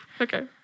Okay